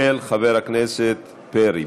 של חבר הכנסת פרי.